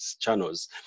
channels